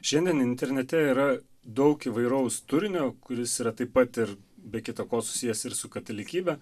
šiandien internete yra daug įvairaus turinio kuris yra taip pat ir be kita ko susijęs ir su katalikybe